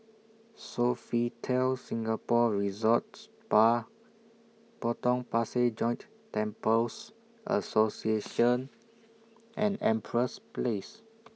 Sofitel Singapore Resorts Spa Potong Pasir Joint Temples Association and Empress Place